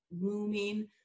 looming